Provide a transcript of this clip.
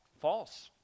false